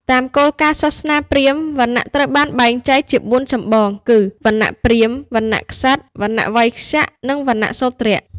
តាមគោលការណ៍សាសនាព្រាហ្មណ៍ វណ្ណៈត្រូវបានបែងចែកជាបួនចម្បងគឺ វណ្ណៈព្រាហ្មណ៍ វណ្ណៈក្សត្រ វណ្ណៈវៃស្យ និងវណ្ណៈសូទ្រ ។